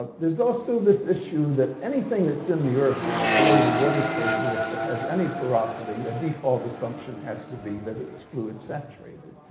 um there's also this issue that anything that's in the earth that's below the water table, if it has any porosity, a default assumption has to be that it's fluid saturated.